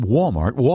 Walmart